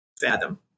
Fathom